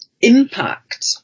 impact